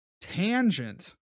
tangent